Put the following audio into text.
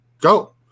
go